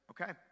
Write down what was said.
okay